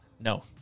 no